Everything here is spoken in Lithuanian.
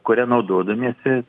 kuria naudodamiesi